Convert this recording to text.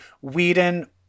Whedon